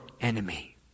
enemy